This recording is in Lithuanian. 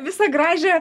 visą gražią